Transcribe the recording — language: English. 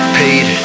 paid